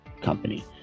company